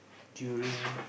during